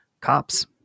cops